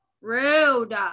Rude